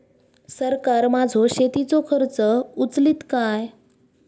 सरकार माझो शेतीचो खर्च उचलीत काय?